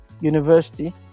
university